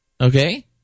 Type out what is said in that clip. Okay